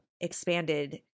expanded